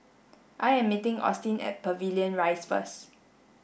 I am meeting Austyn at Pavilion Rise first